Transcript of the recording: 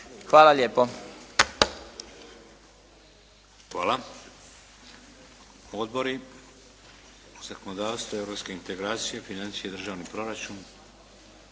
(HDZ)** Hvala. Odbori zakonodavstva i europske integracije, financija i državnog proračuna?